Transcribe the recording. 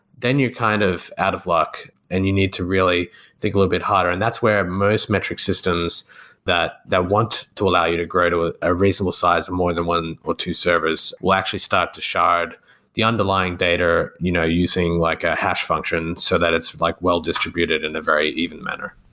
then you kind of out of luck and you need to really think a little bit harder. and that's where most metric systems that that want to allow you to grow to a a reasonable size and more than one or two servers will actually start to shard the underlying data you know using like a hash function so that it's like well-distributed in a very even manner.